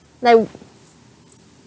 like